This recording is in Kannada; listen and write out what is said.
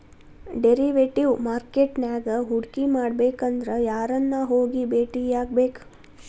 ಡೆರಿವೆಟಿವ್ ಮಾರ್ಕೆಟ್ ನ್ಯಾಗ್ ಹೂಡ್ಕಿಮಾಡ್ಬೆಕಂದ್ರ ಯಾರನ್ನ ಹೊಗಿ ಬೆಟ್ಟಿಯಾಗ್ಬೇಕ್?